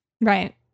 Right